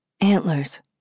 Antlers